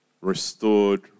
restored